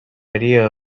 idea